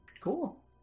Cool